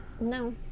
No